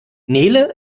nele